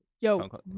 yo